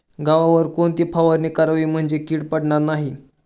गव्हावर कोणती फवारणी करावी म्हणजे कीड पडणार नाही?